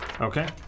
Okay